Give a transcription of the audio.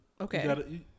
Okay